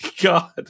God